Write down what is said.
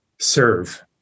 serve